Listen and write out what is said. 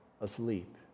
asleep